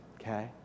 okay